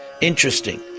interesting